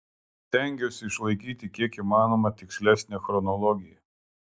stengiausi išlaikyti kiek įmanoma tikslesnę chronologiją